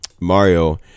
Mario